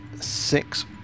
Six